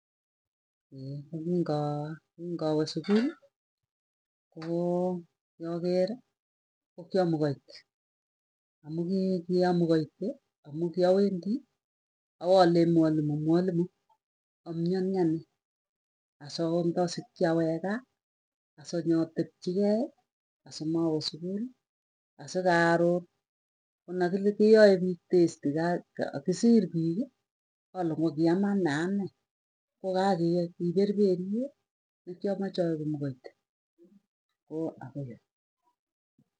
kogingaa kingaweesukuli koo kiageri, ko kiamukaiti, amuu kii kiamukaiti amuu kiawendi ipalei mwalimu, mwalimu amwani anee asasikchi awek kaa asanyatepchikei asimawe sukuli asikaron konakiae piik test kisir piiki alee ngokiama nee anee. Ko kaa kiperperyet nekwamache aegu mkaiti ko akoiyoe.